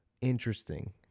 interesting